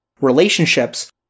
relationships